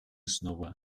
снова